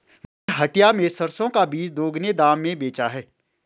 मैंने हटिया में सरसों का बीज दोगुने दाम में बेचा है